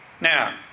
Now